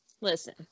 Listen